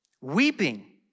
weeping